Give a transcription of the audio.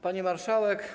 Pani Marszałek!